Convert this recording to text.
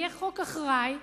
יהיה חוק אחראי,